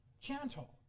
Gentle